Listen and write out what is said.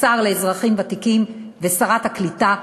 השר לאזרחים ותיקים ושרת הקליטה,